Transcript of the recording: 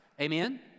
Amen